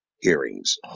hearings